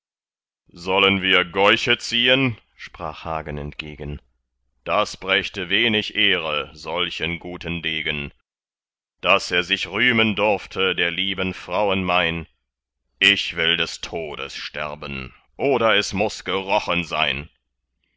sollen wir gäuche ziehen sprach hagen entgegen das brächte wenig ehre solchen guten degen daß er sich rühmen durfte der lieben frauen mein ich will des todes sterben oder es muß gerochen sein